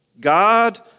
God